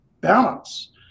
balance